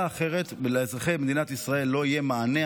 אחרת ולאזרחי מדינת ישראל לא יהיה מענה,